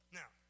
now